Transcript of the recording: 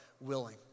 willing